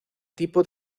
tipo